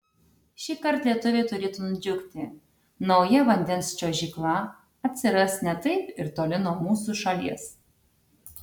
šįkart lietuviai turėtų nudžiugti nauja vandens čiuožykla atsiras ne taip ir toli nuo mūsų šalies